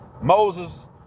Moses